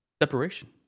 Separation